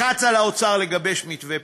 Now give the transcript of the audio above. לחץ על האוצר לגבש מתווה פיצויים.